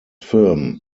film